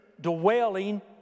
dwelling